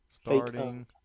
Starting